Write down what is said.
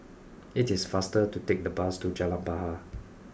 it is faster to take the bus to Jalan Bahar